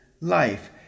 life